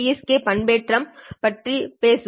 K பண்பேற்றம் பற்றி பேசினோம்